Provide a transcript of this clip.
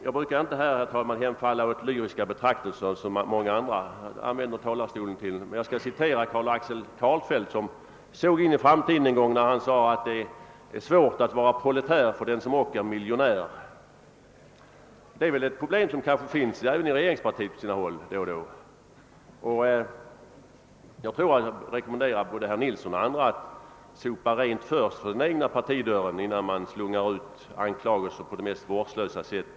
Jag brukar inte, herr talman, hänfalla åt lyriska betraktelser från talarstolen, såsom många andra ledamöter gör, men jag vill apostrofera Erik Axel Karlfeldt, som var förutseende när han en gång skrev att »det är svårt att vara proletär för den som ock är miljonär». Det är väl ett problem som finns på sina håll inom regeringspartiet. Jag vill rekommendera både herr Nilsson i Kalmar och partikamrater till honom att sopa rent framför den egna partidörren innan man slungar ut anklagelser mot andra på det mest vårdslösa sätt.